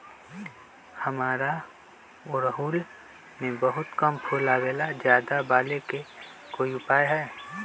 हमारा ओरहुल में बहुत कम फूल आवेला ज्यादा वाले के कोइ उपाय हैं?